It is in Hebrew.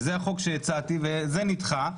וזה החוק שהצעתי וזה נדחה.